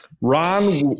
Ron